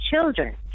children